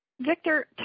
Victor